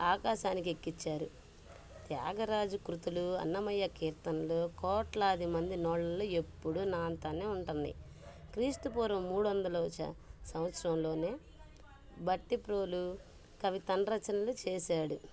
ఆకాశానికి ఎక్కిచ్చారు త్యాగరాజు కృతులు అన్నమయ్య కీర్తనలు కోట్లాది మంది నోళ్ళలో ఎప్పుడూ నానుతూనే ఉంటుంది క్రీస్తుపూర్వం మూడొందలోచ సంవత్సరంలోనే బట్టిప్రోలు కవితంరచనలు చేశాడు